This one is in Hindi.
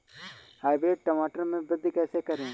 हाइब्रिड टमाटर में वृद्धि कैसे करें?